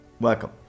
welcome